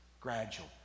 Gradual